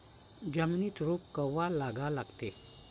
जमिनीत रोप कवा लागा लागते?